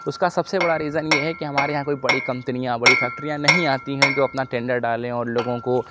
اُس کا سب سے بڑا ریزن یہ ہے کہ ہمارے یہاں کوئی بڑی کمپنیاں بڑی فیکٹریاں نہیں آتی ہیں جو اپنا ٹینڈر ڈالیں اور لوگوں کو